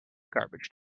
garbage